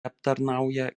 aptarnauja